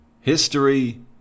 history